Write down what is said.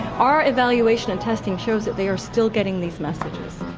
our evaluation and testing shows that they are still getting these messages.